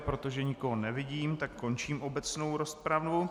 Protože nikoho nevidím, končím obecnou rozpravu.